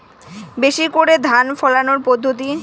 বেশি করে ধান ফলানোর পদ্ধতি?